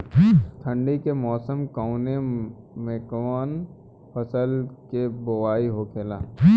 ठंडी के मौसम कवने मेंकवन फसल के बोवाई होखेला?